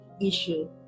issue